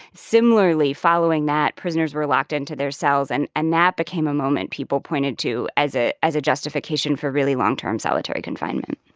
similarly, following that, prisoners were locked into their cells. and and that became a moment people pointed to as ah as a justification for really long-term solitary confinement